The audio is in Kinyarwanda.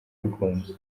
bikunze